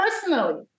personally